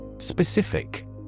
Specific